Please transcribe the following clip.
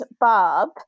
bob